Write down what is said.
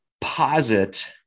posit